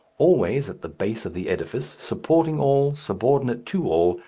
always at the base of the edifice, supporting all, subordinate to all,